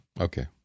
Okay